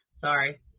Sorry